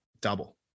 double